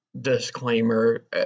disclaimer